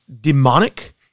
demonic